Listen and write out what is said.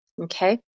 Okay